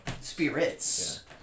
Spirits